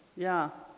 yeah